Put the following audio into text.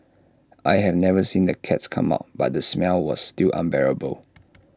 I have never seen the cats come out but the smell was still unbearable